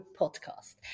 podcast